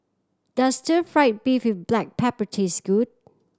does stir fried beef with black pepper taste good